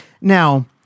Now